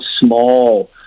small